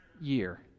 year